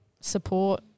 support